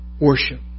worship